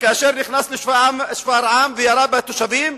וכאשר נכנס לשפרעם וירה בתושבים,